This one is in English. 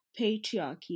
patriarchy